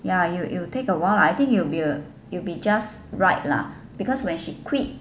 ya will will take a while lah I think will be will be just right lah because when she quit